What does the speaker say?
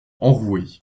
enrouée